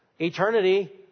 eternity